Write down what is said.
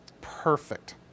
Perfect